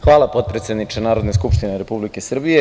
Hvala potpredsedniče Narodne skupštine Republike Srbije.